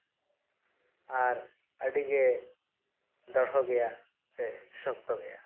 ᱟᱨ ᱟᱹᱰᱤ ᱜᱮ ᱫᱚᱲᱦᱚ ᱜᱮᱭᱟ ᱥᱮ ᱥᱚᱠᱛᱚ ᱜᱮᱭᱟ